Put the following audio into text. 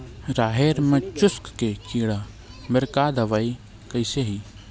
राहेर म चुस्क के कीड़ा बर का दवाई कइसे ही?